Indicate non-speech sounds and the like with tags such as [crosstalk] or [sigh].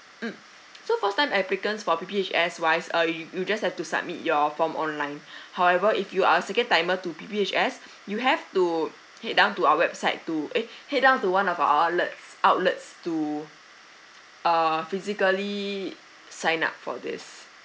mm so first time applicants for P_P_H_S wise uh you just have to submit your form online [breath] however if you are second timer to P_P_H_S [breath] you have to head down to our website to eh head down to one of our outlets outlets to err physically sign up for this